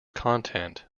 content